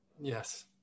Yes